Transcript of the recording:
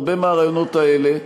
הרבה מהרעיונות האלה,